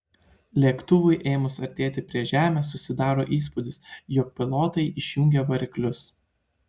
lėktuvui ėmus artėti prie žemės susidaro įspūdis jog pilotai išjungė variklius